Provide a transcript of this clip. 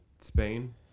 Spain